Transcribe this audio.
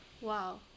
Wow